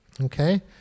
Okay